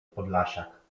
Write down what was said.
podlasiak